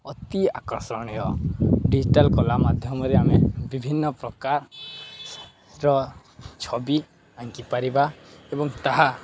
ଅତି ଆକର୍ଷଣୀୟ ଡିଜିଟାଲ କଳା ମାଧ୍ୟମରେ ଆମେ ବିଭିନ୍ନ ପ୍ରକାର ର ଛବି ଆଙ୍କିପାରିବା ଏବଂ ତାହା